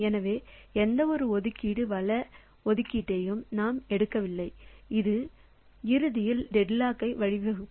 எனவே எந்தவொரு ஒதுக்கீடு வள ஒதுக்கீட்டையும் நாம் எடுக்கவில்லை அது இறுதியில் டெட்லாக் வழிவகுக்கும்